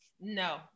no